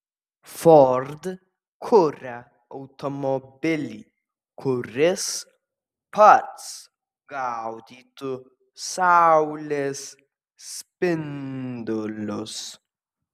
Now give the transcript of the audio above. ford kuria automobilį kuris pats gaudytų saulės spindulius